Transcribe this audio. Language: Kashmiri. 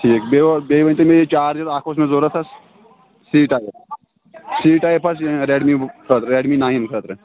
ٹھیٖک بیٚیہِ اوس بیٚیہِ ؤنۍ تَو مےٚ یہِ چارجر اَکھ اوس مےٚ ضوٚرَتھ حظ سی ٹایِپ سی ٹایِپ حظ ریڈمی یُک خٲطرٕ ریڈمی نایِن خٲطرٕ